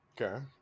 okay